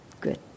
good